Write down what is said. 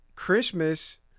christmas